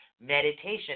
meditation